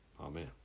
Amen